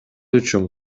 үчүн